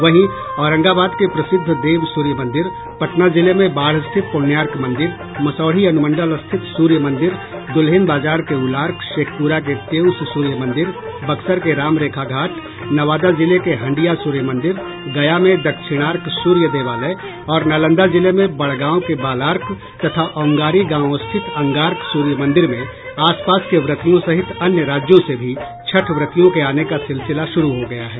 वहीं औरंगाबाद के प्रसिद्ध देव सूर्य मंदिर पटना जिले में बाढ़ स्थित पुण्यार्क मंदिर मसौढ़ी अनुमंडल स्थित सूर्य मंदिर दुल्हिन बाजार के उलार्क शेखपुरा के तेउस सूर्य मंदिर बक्सर के राम रेखा घाट नवादा जिले के हंडिया सूर्य मंदिर गया में दक्षिणार्क सूर्य देवालय और नालंदा जिले में बड़गांव के बालार्क तथा औगांरी गांव स्थित अंगार्क सूर्य मंदिर में आसपास के व्रतियों सहित अन्य राज्यों से भी छठ व्रतियों के आने का सिलसिला शुरू हो गया है